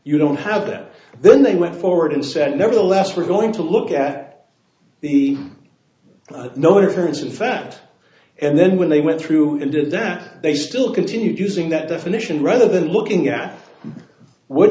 you don't have that then they went forward and said nevertheless we're going to look at the no difference in fact and then when they went through and did that they still continued using that definition rather than looking at what